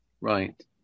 Right